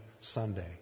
Sunday